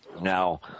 Now